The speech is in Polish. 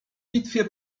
bitwie